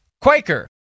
quaker